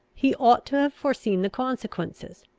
he ought to have foreseen the consequences.